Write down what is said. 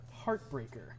Heartbreaker